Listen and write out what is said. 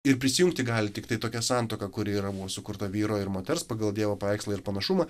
ir prisijungti gali tiktai tokia santuoka kuri yra buvo sukurta vyro ir moters pagal dievo paveikslą ir panašumą